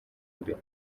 mbere